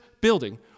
building